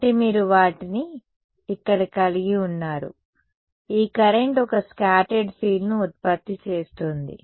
కాబట్టి మీరు వాటిని ఇక్కడ కలిగి ఉన్నారు ఈ కరెంట్ ఒక స్కాటర్డ్ ఫీల్డ్ను ఉత్పత్తి చేస్తుంది